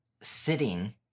sitting